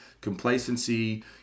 complacency